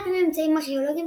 על-פי ממצאים ארכאולוגיים,